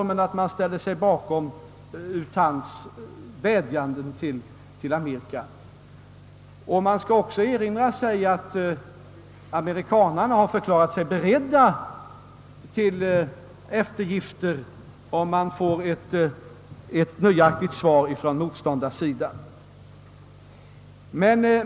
Man skall också erinra sig att amerikanerna har förklarat sig beredda till eftergifter, om de får ett nöjaktigt svar från motståndarsidan.